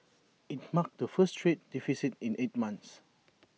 IT marked the first trade deficit in eight months